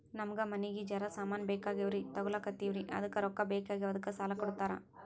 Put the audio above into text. ನಮಗ ಮನಿಗಿ ಜರ ಸಾಮಾನ ಬೇಕಾಗ್ಯಾವ್ರೀ ತೊಗೊಲತ್ತೀವ್ರಿ ಅದಕ್ಕ ರೊಕ್ಕ ಬೆಕಾಗ್ಯಾವ ಅದಕ್ಕ ಸಾಲ ಕೊಡ್ತಾರ?